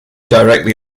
directly